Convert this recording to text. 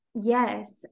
yes